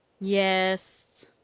Yes